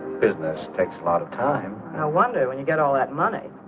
business takes a lot of time i wonder when you get all that money.